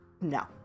No